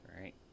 right